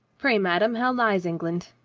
pray, madame, how lies england?